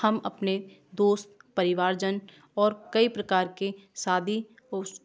हाँ हम अपने दोस्त परिवार जन और कई प्रकार के शादी